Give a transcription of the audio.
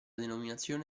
denominazione